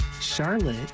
Charlotte